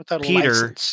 peter